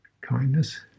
kindness